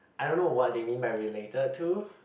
I don't know what they mean by related to